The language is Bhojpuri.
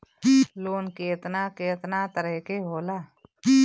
लोन केतना केतना तरह के होला?